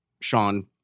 Sean